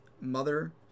Mother